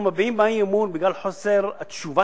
אנחנו מביעים בה אי-אמון בגלל חוסר התשובה